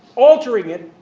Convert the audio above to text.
altering it,